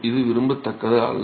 இது விரும்பத்தக்கது அல்ல